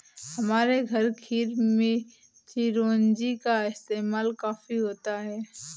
हमारे घर खीर में चिरौंजी का इस्तेमाल काफी होता है